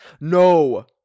No